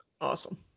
awesome